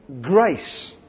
grace